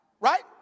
right